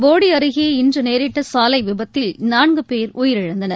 போடி அருகே இன்று நேரிட்ட சாலைவிபத்தில் நான்கு பேர் உயிரிழந்தனர்